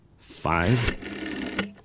five